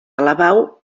alabau